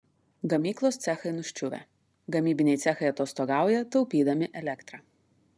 gamyklos cechai nuščiuvę gamybiniai cechai atostogauja taupydami elektrą